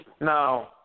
No